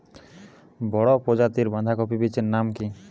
বড় প্রজাতীর বাঁধাকপির বীজের নাম কি?